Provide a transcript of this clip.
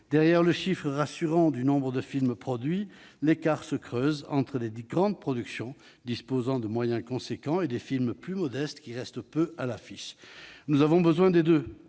Derrière le nombre rassurant de films produits, l'écart se creuse entre les grandes productions qui disposent de moyens importants et des films plus modestes qui restent peu de temps à l'affiche. Nous avons besoin des deux